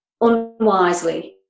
unwisely